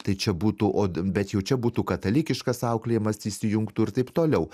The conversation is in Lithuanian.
tai čia būtų ot bet jau čia būtų katalikiškas auklėjimas įsijungtų ir taip toliau